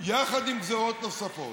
יחד עם גזרות נוספות,